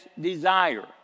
desire